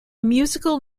musical